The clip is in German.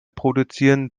produzieren